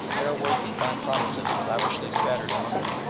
fair words and fine promises were lavishly scattered among them,